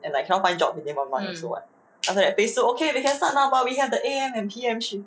and like cannot find job within one month also [what] after that phase two start okay we can start now but we have the A_M and P_M shift